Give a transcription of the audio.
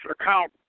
account